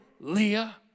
Leah